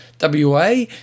WA